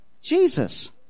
Jesus